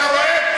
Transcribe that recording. אתה רואה?